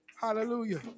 Hallelujah